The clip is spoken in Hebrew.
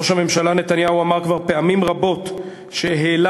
ראש הממשלה נתניהו אמר כבר פעמים רבות שהעלה